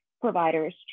providers